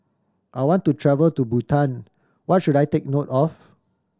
I want to travel to Bhutan what should I take note of